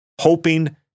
hoping